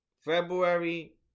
February